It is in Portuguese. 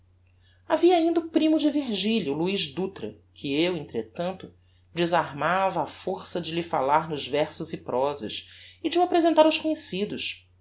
havia ainda o primo de virgilia o luiz dutra que eu entretanto desarmava á força de lhe falar nos versos e prosas e de o apresentar aos conhecidos